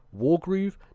Wargroove